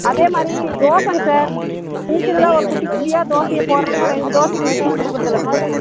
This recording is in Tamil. அதே மாதிரி தோசைங்க சார் சின்ன சின்னதாக ஒரு குட்டி குட்டியாக தோசையை போடுறாங்க ரெண்டு தோசைக்கு மிச்சம் கொடுக்கறது இல்லைங்க சார்